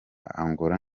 angola